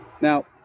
Now